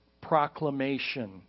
proclamation